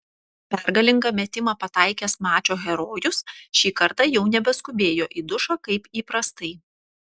pergalingą metimą pataikęs mačo herojus šį kartą jau nebeskubėjo į dušą kaip įprastai